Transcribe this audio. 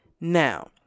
now